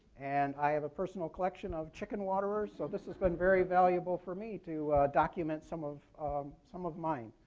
and i have a personal collection of chicken waterers. so this has been very valuable for me to document some of some of mine.